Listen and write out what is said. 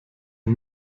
ihr